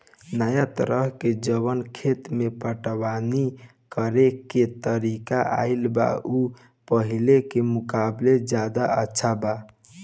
नाया तरह के जवन खेत के पटवनी करेके तरीका आईल बा उ पाहिले के मुकाबले ज्यादा अच्छा बा